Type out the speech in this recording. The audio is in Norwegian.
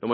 Når